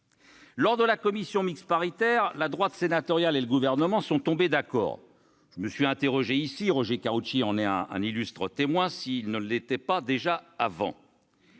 Lors de la commission mixte paritaire, la droite sénatoriale et le Gouvernement sont tombés d'accord ... Non !...- Roger Karoutchi en est un illustre témoin -, s'ils ne l'étaient pas déjà avant.